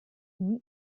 nie